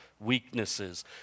weaknesses